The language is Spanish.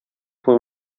fue